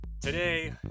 today